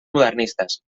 modernistes